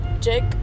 jake